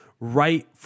right